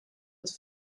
het